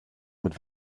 mit